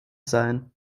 sein